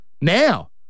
now